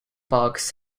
parks